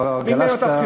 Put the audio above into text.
לא משנה מה יהיו התוצאות.